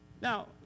Now